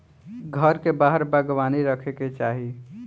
घर के बाहर बागवानी रखे के चाही